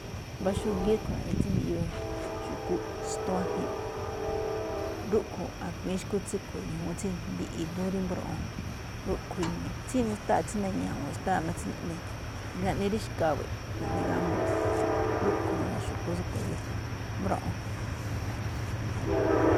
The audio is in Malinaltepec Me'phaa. Mbá xúgíí rúꞌkhue̱n naꞌne tsí mbiꞌyuu xu̱kú xtuájen, rúꞌkhue̱n a̱kui̱ín xu̱kú tsúꞌkhue̱n, ñajuun tsí mbiꞌi idúún rí mbroꞌon rúꞌkhue̱n ini̱i̱ tsí xtáa máꞌ tsí na̱ña̱wo̱o̱n, xtáa máꞌ tsí naꞌne ri xkawe̱ꞌ naꞌne gámbo̱o̱, rúꞌkhue̱n nune̱ xu̱kú tsúꞌkhue̱n rí mbroꞌon.